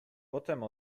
potem